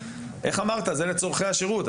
אז לא מדובר על בדיקה כפי שהייתה עד 2009,